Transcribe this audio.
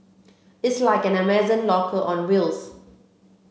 it's like an Amazon locker on wheels